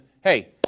hey